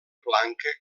blanca